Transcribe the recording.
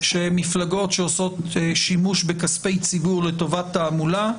שמפלגות שעושות שימוש בכספי ציבור לטובת תעמולה,